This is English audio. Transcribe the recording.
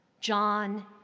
John